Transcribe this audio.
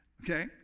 okay